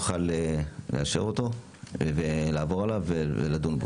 לאחר קבלת המלצת ועדת החריגים".